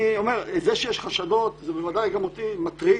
זה שיש חשדות, זה בוודאי גם אותי מטריד,